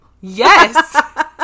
Yes